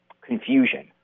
confusion